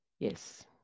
Yes